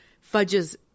Fudge's